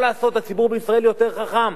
מה לעשות, הציבור בישראל יותר חכם.